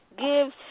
gives